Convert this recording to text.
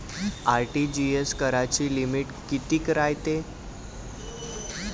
RTGS कराची limit कितीक रायते?